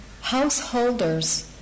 householders